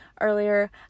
earlier